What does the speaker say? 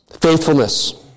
Faithfulness